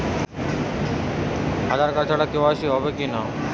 আধার card ছাড়া KYC হবে কিনা?